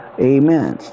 Amen